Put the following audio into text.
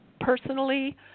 personally